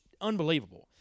unbelievable